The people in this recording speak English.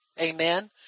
Amen